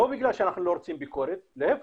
לא בגלל שאנחנו לא רוצים ביקורת, להיפך,